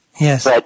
Yes